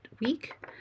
week